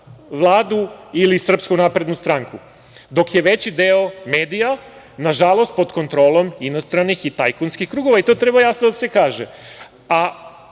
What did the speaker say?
Vladu ili Srpsku naprednu stranku, dok je veći deo medija, nažalost pod kontrolom inostranih i tajkunskih krugova, to treba jasno da se kaže.